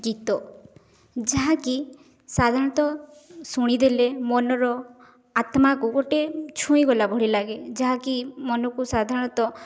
ଗୀତ ଯାହାକି ସାଧାରଣତଃ ଶୁଣି ଦେଲେ ମନର ଆତ୍ମାକୁ ଗୋଟେ ଛୁଇଁଗଲା ଭଳି ଲାଗେ ଯାହାକି ମନକୁ ସାଧାରଣତଃ